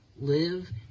live